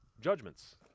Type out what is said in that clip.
Judgments